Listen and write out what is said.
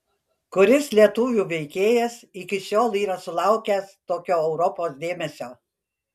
kuris lietuvių veikėjas iki šiol yra sulaukęs tokio europos dėmesio